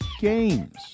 games